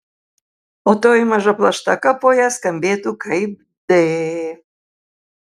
o toji maža plaštaka po ja skambėtų kaip d